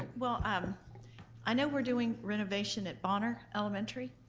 well, um i know we're doing renovation at bonnard elementary.